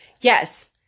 Yes